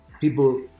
people